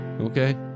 okay